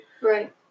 Right